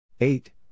Eight